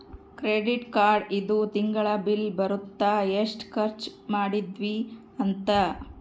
credit card ಇಂದು ತಿಂಗಳ bill ಬರುತ್ತ ಎಸ್ಟ ಖರ್ಚ ಮದಿದ್ವಿ ಅಂತ